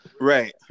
Right